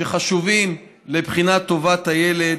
שחשובים לבחינת טובת הילד,